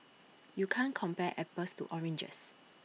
you can't compare apples to oranges